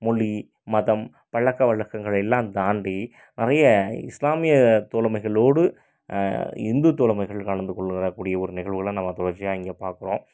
மொழி மதம் பழக்க வழக்கங்கள் எல்லாம் தாண்டி நிறைய இஸ்லாமிய தோழமைகளோடு இந்து தோழமைகள் கலந்துகொள்ளக் கூடிய ஒரு நிகழ்வுகள்லாம் நம்ம தொடர்ச்சியாக இங்கே பார்க்குறோம்